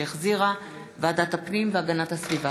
שהחזירה ועדת הפנים והגנת הסביבה.